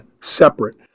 separate